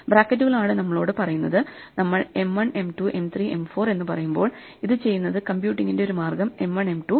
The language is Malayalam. ബ്രാക്കറ്റുകളാണ് നമ്മോട് പറയുന്നത് നമ്മൾ M 1 M 2 M 3 M 4 എന്ന് പറയുമ്പോൾ ഇത് ചെയ്യുന്നതിന് കമ്പ്യൂട്ടിംഗിന്റെ ഒരു മാർഗ്ഗം M 1 M 2 പിന്നെ M 3 M 4